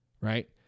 right